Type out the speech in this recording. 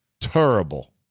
terrible